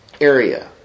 area